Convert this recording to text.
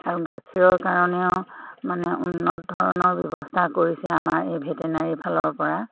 আৰু গাখীৰৰ কাৰণেও মানে উন্নত ধৰণৰ ব্যৱস্থা কৰিছে আমাৰ এই ভেটেনাৰী ফালৰ পৰা